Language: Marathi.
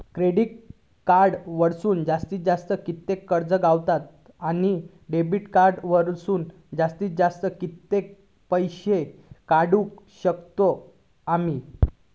क्रेडिट कार्ड वरसून जास्तीत जास्त कितक्या कर्ज गावता, आणि डेबिट कार्ड वरसून जास्तीत जास्त कितके पैसे काढुक शकतू आम्ही?